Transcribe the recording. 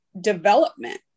development